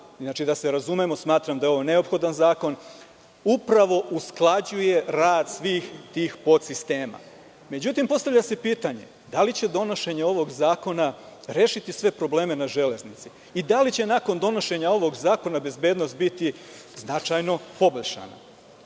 inače, da se razumemo, smatram da je ovo neophodan zakon, upravo usklađuje rad svih tih podsistema. Međutim, postavlja se pitanje da li će donošenje ovog zakona rešiti sve probleme na železnici i da li će nakon donošenja ovog zakona bezbednost biti značajno poboljšana.U